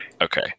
Okay